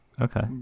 okay